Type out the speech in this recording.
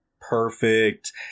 perfect